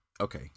Okay